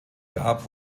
gab